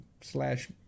slash